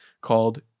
called